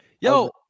Yo